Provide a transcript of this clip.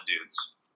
dudes